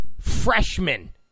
freshman